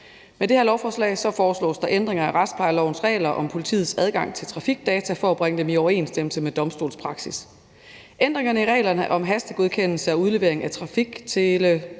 det her lovforslag foreslås der ændringer af retsplejelovens regler om politiets adgang til trafikdata for at bringe dem i overensstemmelse med domstolspraksis. Ændringerne i reglerne om hastegodkendelse og udlevering af